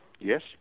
Yes